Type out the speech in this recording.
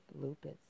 lupus